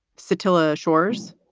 still ah shores,